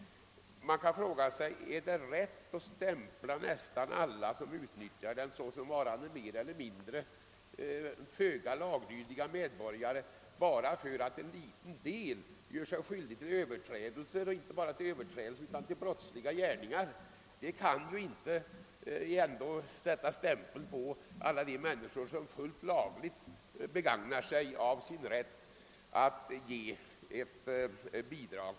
Man måste fråga sig om det är rätt att stämpla nästan alla som utnyttjar denna möjlighet som varande mindre laglydiga medborgare bara därför att en liten del av dessa personer gör sig skyldig till lagöverträdelser och brottsliga gärningar. Detta berättigar ju ändå inte att sätta denna fula stämpel på alla som begagnar sig av sin rätt att ge ett bidrag.